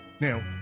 Now